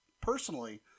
personally